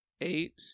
eight